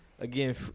again